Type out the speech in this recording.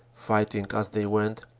fighting as they went,